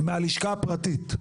מהלשכה הפרטית?